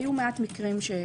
היו מעט מקרים...